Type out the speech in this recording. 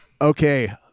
Okay